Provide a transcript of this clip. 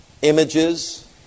Images